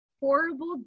horrible